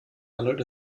handelt